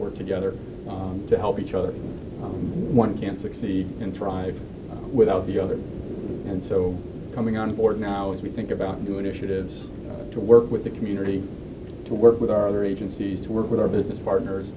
work together to help each other one can succeed and thrive without the other and so coming on board now as we think about new initiatives to work with the community to work with our other agencies to work with our business partners